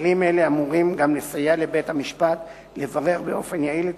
כלים אלה אמורים גם לסייע לבית-המשפט לברר באופן יעיל את